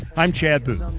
i'm chad booth.